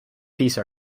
piece